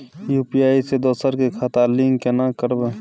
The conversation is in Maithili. यु.पी.आई से दोसर के खाता लिंक केना करबे?